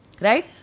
right